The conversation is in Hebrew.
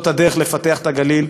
זאת הדרך לפתח את הגליל.